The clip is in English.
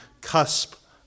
cusp